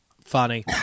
Funny